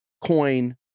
coin